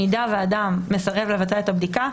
במידה ואדם מסרב לבצע את הבדיקה,